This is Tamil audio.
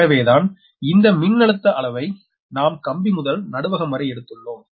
எனவேதான் இந்த மின்னழுத்த அளவை நாம் கம்பி முதல் நடுவகம் வரை எடுத்துள்ளோம்